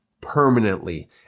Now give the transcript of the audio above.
permanently